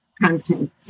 content